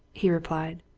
he replied.